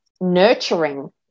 nurturing